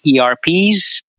ERPs